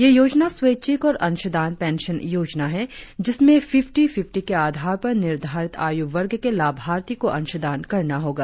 यह योजना स्वैच्छिक और अंशदान पेंशन योजना है जिसमें फिफ्टी फिफ्टी के आधार पर निर्धारित आयु वर्ग के लाभार्थी को अंशदान करना होगा